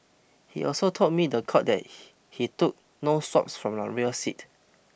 he also told me the court that he he took no swabs from the rear seat